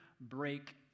break